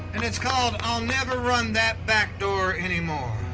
and it's called, i'll never run that back door anymore